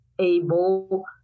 able